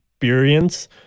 experience